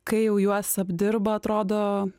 kai jau juos apdirba atrodo